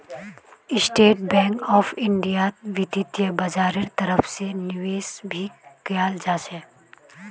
state bank of इन्डियात वित्तीय बाजारेर तरफ से निवेश भी कियाल जा छे